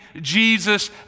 Jesus